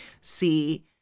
see